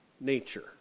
nature